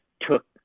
took